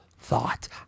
thought